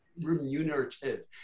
remunerative